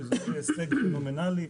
שזה יהיה הישג פנומנלי,